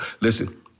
listen—